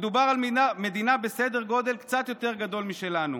ומדובר על מדינה בסדר גודל קצת יותר גדול משלנו.